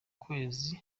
kwezi